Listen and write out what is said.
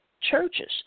churches